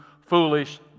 Foolish